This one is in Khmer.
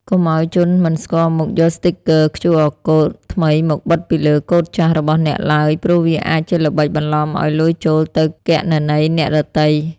កុំឱ្យជនមិនស្គាល់មុខយកស្ទីគ័រ QRកូដ ថ្មីមកបិទពីលើកូដចាស់របស់អ្នកឡើយ ព្រោះវាអាចជាល្បិចបន្លំឱ្យលុយចូលទៅគណនីអ្នកដទៃ។